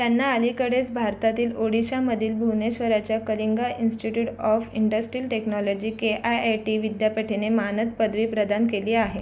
त्यांना अलीकडेच भारतातील ओडिशामधील भुवनेश्वराच्या Kalinga institute of industrial technology K I I T विद्यापीठाने मानद पदवी प्रदान केली आहे